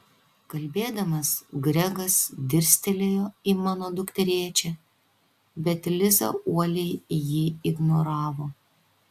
kalbėdamas gregas dirstelėjo į mano dukterėčią bet liza uoliai jį ignoravo